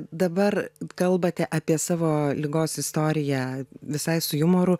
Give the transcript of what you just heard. dabar kalbate apie savo ligos istoriją visai su jumoru